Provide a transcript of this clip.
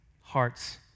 hearts